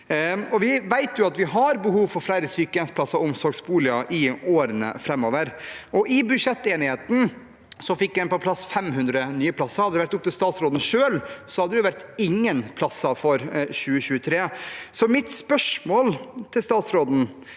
Vi vet at vi har behov for flere sykehjemsplasser og omsorgsboliger i årene framover. I budsjettenigheten fikk en på plass 500 nye plasser. Hadde det vært opp til statsråden selv, hadde det vel ikke vært noen plasser i 2023. Mitt spørsmål til statsråden